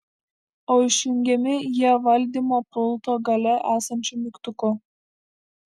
o išjungiami jie valdymo pulto gale esančiu mygtuku